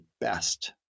best